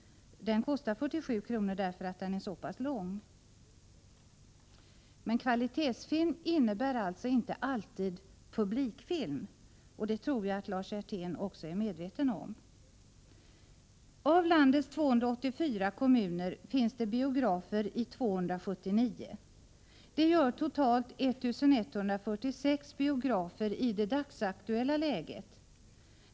Den kostar 47 kr., därför att den är så lång. Kvalitetsfilm innebär alltså inte alltid publikfilm. Det tror jag att också Lars Hjertén är medveten om. Av landets 284 kommuner finns det biografer i 279 - totalt 1 146 biografer i det dagsaktuella läget.